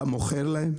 אתה מוכר להם?